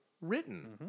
written